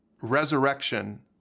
resurrection